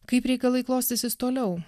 kaip reikalai klostysis toliau